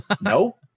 No